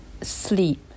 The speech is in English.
sleep